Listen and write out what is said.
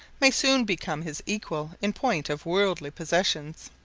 may soon become his equal in point of worldly possessions.